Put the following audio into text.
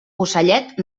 ocellet